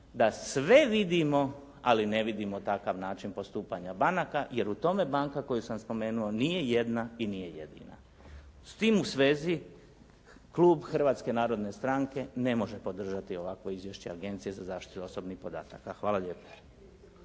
da sve vidimo, ali ne vidimo takav način postupanja banaka, jer u tome banka koju sam spomenuo nije jedna i nije jedina. S tim u svezi klub Hrvatske narodne stranke ne može podržati ovakvo Izvješće Agencije za zaštitu osobnih podataka. Hvala lijepo.